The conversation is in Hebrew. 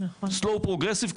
slow progressive,